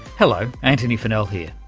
hello, antony funnell here.